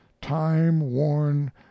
time-worn